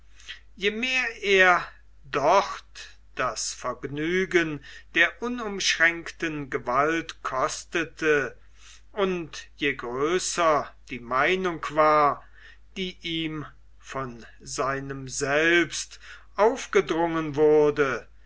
je mehr er dort das vergnügen der unumschränkten gewalt kostete und je größer die meinung war die ihm von seinem selbst aufgedrungen wurde